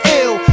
ill